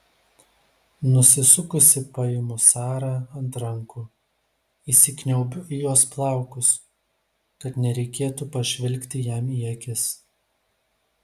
nusisukusi paimu sarą ant rankų įsikniaubiu į jos plaukus kad nereikėtų pažvelgti jam į akis